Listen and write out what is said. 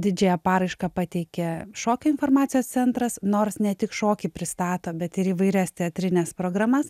didžiąją paraišką pateikė šokio informacijos centras nors ne tik šokį pristato bet ir įvairias teatrines programas